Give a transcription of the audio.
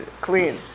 clean